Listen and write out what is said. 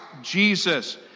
Jesus